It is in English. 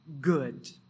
good